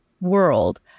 world